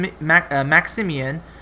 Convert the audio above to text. Maximian